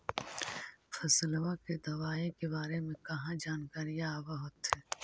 फसलबा के दबायें के बारे मे कहा जानकारीया आब होतीन?